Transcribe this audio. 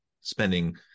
spending